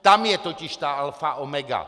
Tam je totiž ta alfa a omega.